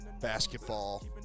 basketball